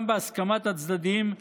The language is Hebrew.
גם בהסכמת הצדדים,